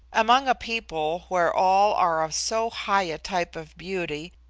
among a people where all are of so high a type of beauty,